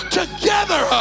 together